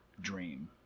dream